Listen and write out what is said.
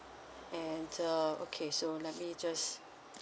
and uh okay so let me just